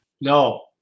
No